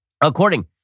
According